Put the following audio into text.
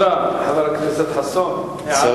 חבר הכנסת חסון, תודה.